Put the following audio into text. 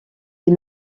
est